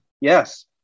Yes